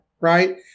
right